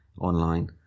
online